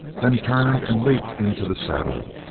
then turned and leaped into the saddle.